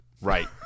Right